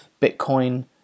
bitcoin